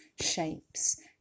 shapes